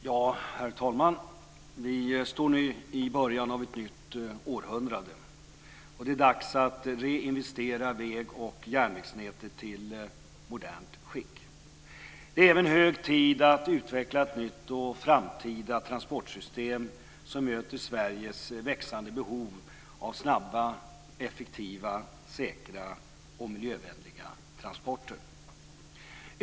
Herr talman! Vi står nu i början av ett nytt århundrade. Det är dags att reinvestera väg och järnvägsnätet till modernt skick. Det är även hög tid att utveckla ett nytt och framtida transportsystem som möter Sveriges växande behov av snabba, effektiva, säkra och miljövänliga transporter.